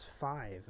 five